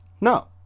No